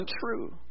true